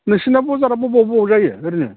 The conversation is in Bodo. नोंसोरना बाजारा बबेयाव बबेयाव जायो ओरैनो